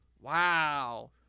Wow